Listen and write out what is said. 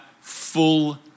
full